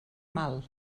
mal